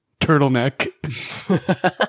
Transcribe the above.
turtleneck